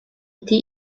été